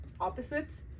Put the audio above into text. opposites